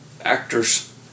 actors